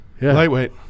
Lightweight